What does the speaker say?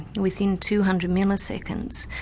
and within two hundred milliseconds.